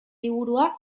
liburua